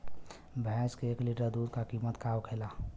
भैंस के एक लीटर दूध का कीमत का होखेला?